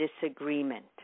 disagreement